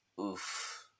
Oof